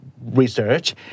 research